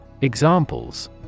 Examples